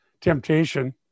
temptation